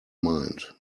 mind